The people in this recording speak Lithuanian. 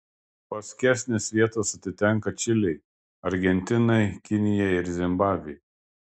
paskesnės vietos atitenka čilei argentinai kinijai ir zimbabvei